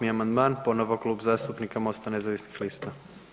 38. amandman, ponovo Kluba zastupnika Mosta nezavisnih lista.